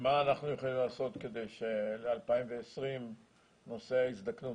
ומה אנחנו יכולים לעשות כדי שב-2020 נושא הזדקנות